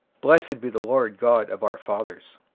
blessed be the lord god of our fathers!